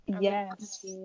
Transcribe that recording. Yes